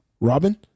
Robin